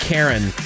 Karen